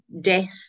death